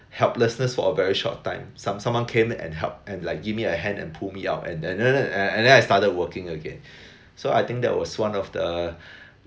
helplessness for a very short time some someone came and helped and like give me a hand and pull me out and then and then I started working again so I think that was one of the